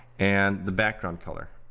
and the background color.